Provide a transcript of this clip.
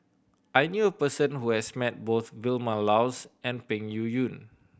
I knew a person who has met both Vilma Laus and Peng Yuyun